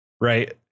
right